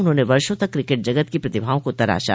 उन्होंने वर्षों तक क्रिकेट जगत की प्रतिभाओं को तराशा